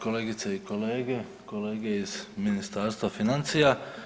Kolegice i kolege, kolege iz Ministarstva financija.